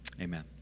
Amen